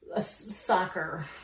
soccer